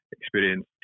experience